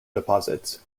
deposits